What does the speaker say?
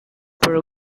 por